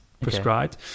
prescribed